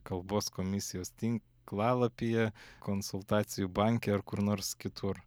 kalbos komisijos tinklalapyje konsultacijų banke ar kur nors kitur